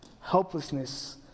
Helplessness